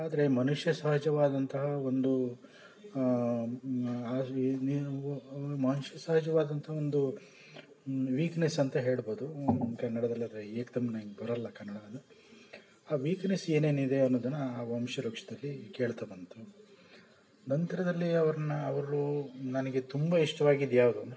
ಆದರೆ ಮನುಷ್ಯ ಸಹಜವಾದಂತಹ ಒಂದು ಮನುಷ್ಯ ಸಹಜವಾದಂತಹ ಒಂದು ವೀಕ್ನೆಸ್ ಅಂತ ಹೇಳ್ಬೌದು ಕನ್ನಡದಲ್ಲಿ ಅದರ ಏಕ್ದಂ ನನ್ಗೆ ಬರೋಲ್ಲ ಕನ್ನಡ ಅದು ಆ ವೀಕ್ನೆಸ್ ಏನೇನಿದೆ ಅನ್ನೋದನ್ನು ಆ ವಂಶವೃಕ್ಷದಲ್ಲಿ ಕೇಳ್ತಾ ಬಂತು ನಂತರದಲ್ಲಿ ಅವರನ್ನ ಅವರು ನನಗೆ ತುಂಬ ಇಷ್ಟವಾಗಿದ್ದು ಯಾವುದು ಅಂದರೆ